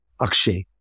Akshay